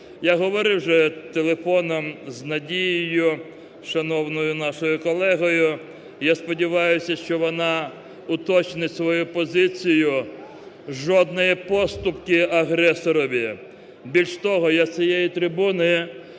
Я говорив вже телефоном з Надією, шановною нашою колегою, я сподіваюсь, що вона уточнить свою позицію: жодної поступки агресорові. Більше того, я з цієї трибуни